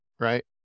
right